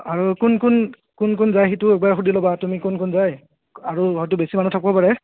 আৰু কোন কোন কোন কোন যায় সেইটো একবাৰ সুধি ল'বা তুমি কোন কোন যায় আৰু হয়টো বেছি মানুহ থাকিবও পাৰে